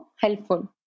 helpful